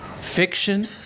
fiction